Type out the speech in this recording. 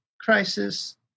crisis